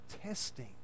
testing